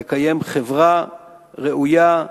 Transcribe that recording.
לקיים חברה ראויה,